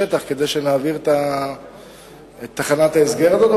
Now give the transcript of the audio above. השטח כדי שנעביר את תחנת ההסגר הזו.